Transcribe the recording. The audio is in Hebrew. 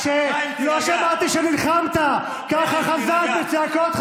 לא שמעתי שנלחמת ככה חזק בצעקות,